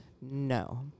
No